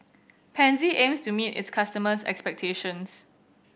pansy aims to meet its customers' expectations